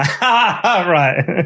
Right